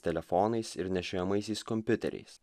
telefonais ir nešiojamaisiais kompiuteriais